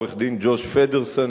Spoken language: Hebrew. עורך-הדין ג'וש פדרסן,